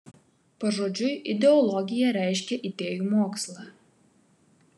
pažodžiui ideologija reiškia idėjų mokslą